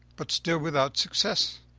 but still without success.